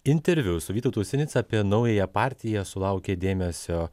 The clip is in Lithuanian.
interviu su vytautu sinica apie naująją partiją sulaukė dėmesio